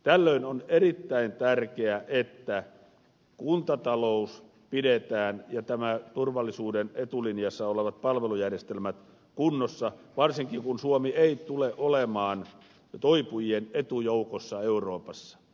tällöin on erittäin tärkeää että kuntatalous ja nämä turvallisuuden etulinjassa olevat palvelujärjestelmät pidetään kunnossa varsinkin kun suomi ei tule olemaan toipujien etujoukossa euroopassa